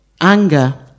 anger